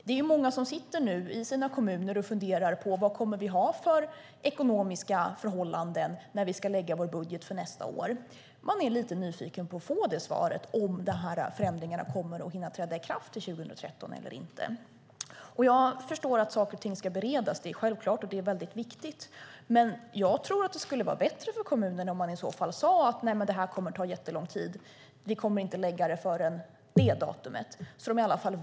Det är många som sitter i sina kommuner nu och funderar: Vad kommer vi att ha för ekonomiska förhållanden när vi ska lägga fram vår budget för nästa år? Man är lite nyfiken på att få svar på om de här förändringarna kommer att hinna träda i kraft till 2013 eller inte. Jag förstår att saker och ting ska beredas. Det är självklart och det är väldigt viktigt. Men jag tror att det skulle vara bättre för kommunerna om man i så fall sade att det här kommer att ta jättelång tid, vi kommer inte att lägga fram det förrän det datumet. Då vet de i alla fall.